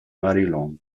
maryland